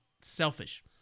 selfish